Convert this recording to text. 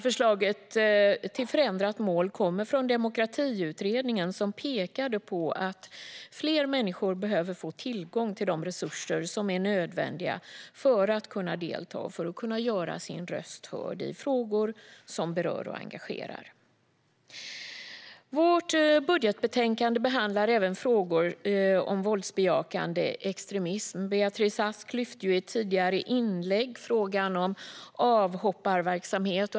Förslaget till förändrat mål kommer från Demokratiutredningen, som pekade på att fler människor behöver få tillgång till de resurser som är nödvändiga för att kunna delta och göra sin röst hörd i frågor som berör och engagerar. Vårt budgetbetänkande behandlar även frågor om våldsbejakande extremism. Beatrice Ask tog i ett tidigare inlägg upp frågan om avhopparverksamhet.